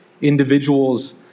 individuals